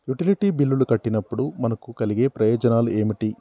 Utility బిల్లులు కట్టినప్పుడు మనకు కలిగే ప్రయోజనాలు ఏమిటి?